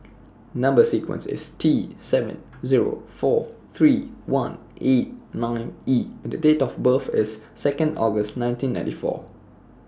Number sequence IS T seven Zero four three one eight nine E and Date of birth IS Second August nineteen ninety four